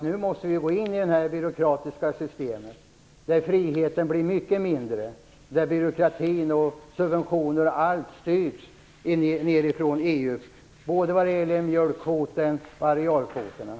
Nu måste vi gå in i det här byråkratiska systemet där friheten blir mycket mindre och där byråkratin, subventioner och allt styrs från EU både när det gäller mjölkkvoten och arealbidragen.